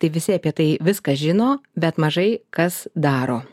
tai visi apie tai viską žino bet mažai kas daro